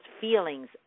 feelings